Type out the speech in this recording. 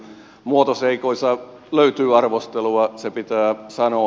muotoseikoissa löytyy arvostelua se pitää sanoa